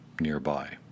nearby